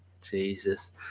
jesus